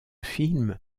film